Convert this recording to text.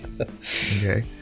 Okay